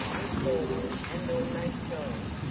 informal and almost jolly.